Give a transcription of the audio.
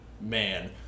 man